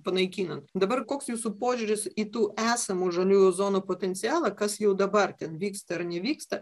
panaikinant dabar koks jūsų požiūris į tų esamų žaliųjų zonų potencialą kas jau dabar ten vyksta ar nevyksta